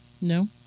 No